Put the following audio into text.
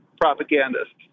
propagandists